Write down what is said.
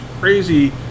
crazy